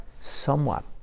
somewhat